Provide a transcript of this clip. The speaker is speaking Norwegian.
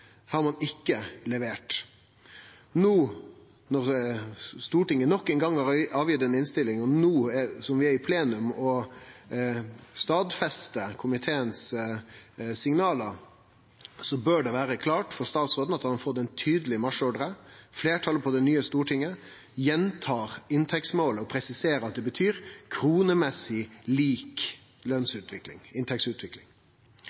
har ein ikkje levert. Når Stortinget nok ein gong avgir ei innstilling og vi no i plenum stadfestar komiteens signal, bør det vere klart for statsråden at han har fått ein tydeleg marsjordre: Fleirtalet på det nye Stortinget gjentar inntektsmålet og presiserer at det betyr kronemessig lik